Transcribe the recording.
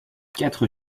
quatre